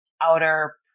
outer